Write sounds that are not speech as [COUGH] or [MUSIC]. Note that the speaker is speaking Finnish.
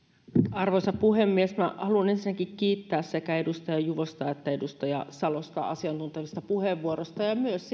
arvoisa puhemies haluan ensinnäkin kiittää sekä edustaja juvosta että edustaja salosta asiantuntevista puheenvuoroista ja myös [UNINTELLIGIBLE]